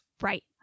Right